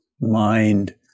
mind